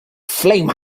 flame